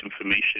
information